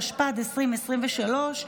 התשפ"ד 2023,